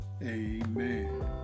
Amen